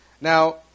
Now